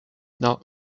not